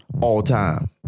all-time